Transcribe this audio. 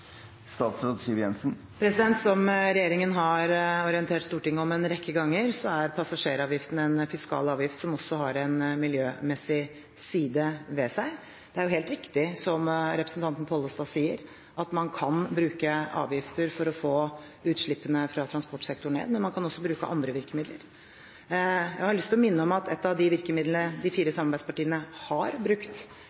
Som regjeringen har orientert Stortinget om en rekke ganger, er passasjeravgiften en fiskal avgift som også har en miljømessig side ved seg. Det er helt riktig som representanten Pollestad sier, at man kan bruke avgifter for å få ned utslippene fra transportsektoren, men man kan også bruke andre virkemidler. Jeg har lyst til å minne om at et av de virkemidlene de fire